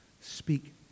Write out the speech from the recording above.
Speak